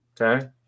okay